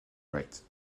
wright